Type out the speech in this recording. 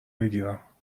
بگیرم